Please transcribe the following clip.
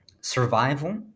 Survival